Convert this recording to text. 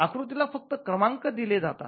आकृतीला फक्त क्रमांक दिले जातात